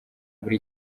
muri